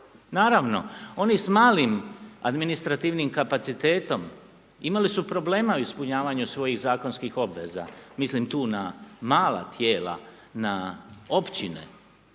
Naravno, oni s malim administrativnim kapacitetom imali su problema u ispunjavanju svojih zakonskih obveza, mislim tu na mala tijela, na općine,